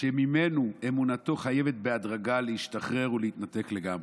שממנו אמונתו חייבת בהדרגה להשתחרר ולהתנתק לגמרי".